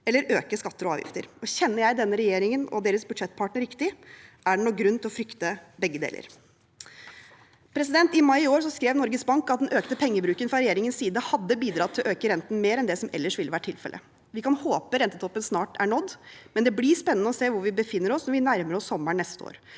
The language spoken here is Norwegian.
eller å øke skatter og avgifter. Kjenner jeg denne regjeringen og deres budsjettpartner riktig, er det nå grunn til å frykte begge deler. I mai i år skrev Norges Bank at den økte pengebruken fra regjeringens side hadde bidratt til å øke renten mer enn det som ellers ville ha vært tilfellet. Vi kan håpe rentetoppen snart er nådd, men det blir spennende å se hvor vi befinner oss når vi nærmer oss sommeren neste år,